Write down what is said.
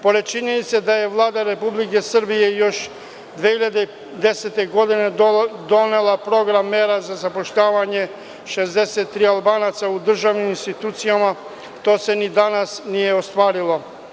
Pored činjenice da je Vlada Republike Srbije još 2010. godine donela program mera za zapošljavanje 63 Albanaca u državnim institucijama, to se ni danas nije ostvarilo.